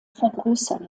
vergrößern